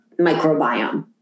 microbiome